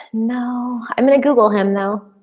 no, i'm gonna google him though.